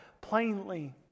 plainly